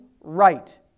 right